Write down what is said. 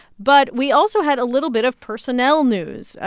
but we also had a little bit of personnel news.